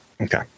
Okay